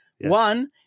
One